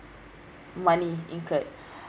money incurred